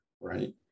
right